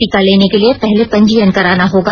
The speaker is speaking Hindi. टीका लेने के लिए पहले पंजीयन कराना होगा